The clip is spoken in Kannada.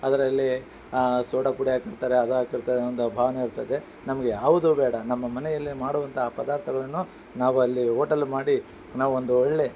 ಅದರಲ್ಲಿ ಸೋಡಾ ಪುಡಿ ಹಾಕಿ ಇರ್ತಾರೆ ಅದು ಹಾಕಿರ್ತಾರೆ ಅಂತೆ ಭಾವನೆ ಇರ್ತದೆ ನಮಗೆ ಯಾವುದು ಬೇಡ ನಮ್ಮ ಮನೆಯಲ್ಲಿ ಮಾಡುವಂಥ ಪದಾರ್ಥಗಳನ್ನು ನಾವು ಅಲ್ಲಿ ಹೋಟೆಲ್ ಮಾಡಿ ನಾವು ಒಂದು ಒಳ್ಳೇ